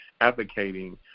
advocating